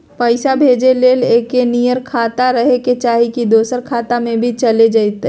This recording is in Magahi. पैसा भेजे ले एके नियर खाता रहे के चाही की दोसर खाता में भी चलेगा जयते?